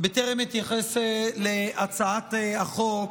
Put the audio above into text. טרם אתייחס להצעת החוק,